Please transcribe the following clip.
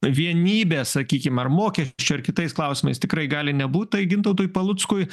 vienybės sakykim ar mokesčių ar kitais klausimais tikrai gali nebūt tai gintautui paluckui